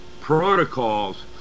protocols